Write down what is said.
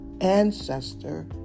ancestor